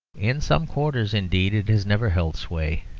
in some quarters, indeed, it has never held sway.